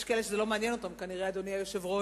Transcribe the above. יש כאלה שזה לא מעניין אותם, אדוני היושב-ראש.